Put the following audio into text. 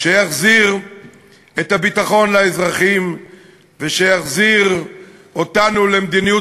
שיחזיר את הביטחון לאזרחים ושיחזיר אותנו למדיניות